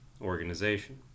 organization